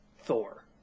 Thor